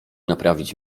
naprawić